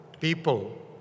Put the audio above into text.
people